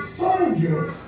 soldiers